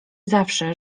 zawsze